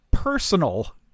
Personal